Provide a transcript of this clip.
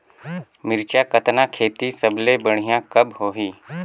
मिरचा कतना खेती सबले बढ़िया कब होही?